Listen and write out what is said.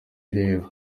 ireba